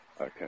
Okay